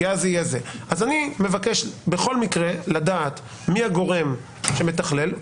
אני מבקש בכל מקרה לדעת מי הגורם שמתכלל.